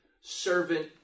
servant